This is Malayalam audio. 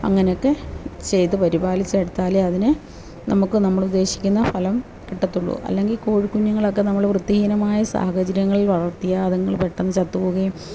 അങ്ങനെയൊക്കെ ചെയ്തു പരിപാലിച്ചെടുത്താലേ അതിനെ നമുക്ക് നമ്മൾ ഉദ്ദേശിക്കുന്ന ഫലം കിട്ടാത്തതുള്ളൂ അല്ലെങ്കിൽ കോഴിക്കുഞ്ഞുങ്ങൾ നമ്മൾ വൃത്തിഹീനമായ സാഹചര്യങ്ങളിൽ വളർത്തിയാൽ അതുങ്ങൾ പെട്ടെന്നു ചത്തുപോകുകയും